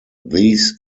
these